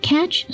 Catch